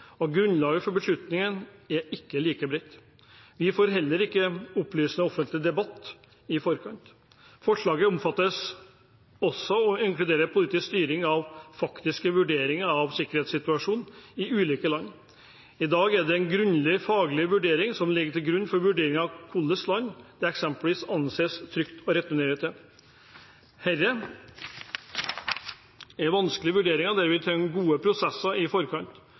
og grunnlaget for beslutningen er ikke like bredt. Vi får heller ikke en opplysende offentlig debatt i forkant. Forslaget omfatter også å inkludere politisk styring av faktiske vurderinger av sikkerhetssituasjonen i ulike land. I dag er det en grundig faglig vurdering som ligger til grunn for vurderingen av hvilke land det eksempelvis anses trygt å returnere til. Dette er vanskelige vurderinger, der vi trenger gode prosesser i forkant,